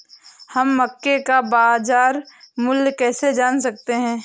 हम मक्के का बाजार मूल्य कैसे जान सकते हैं?